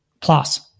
plus